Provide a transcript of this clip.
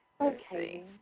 Okay